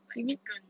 like chicken